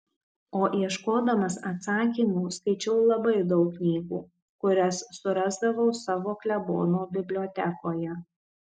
o ieškodamas atsakymų skaičiau labai daug knygų kurias surasdavau savo klebono bibliotekoje